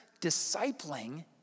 discipling